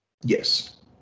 Yes